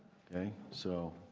okay. so